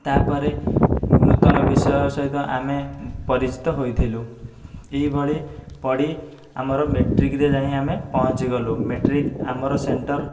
ତା'ପରେ ନୂତନ ବିଷୟ ସହିତ ଆମେ ପରିଚିତ ହୋଇଥିଲୁ ଏହିଭଳି ପଢ଼ି ଆମର ମ୍ୟାଟ୍ରିକ୍ରେ ଯାଇଁ ଆମେ ପହଞ୍ଚିଗଲୁ ମ୍ୟାଟ୍ରିକ୍ ଆମର ସେଣ୍ଟର୍